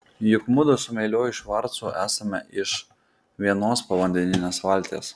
juk mudu su meiliuoju švarcu esame iš vienos povandeninės valties